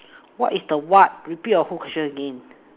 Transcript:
what is the what repeat your whole question again